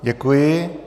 Děkuji.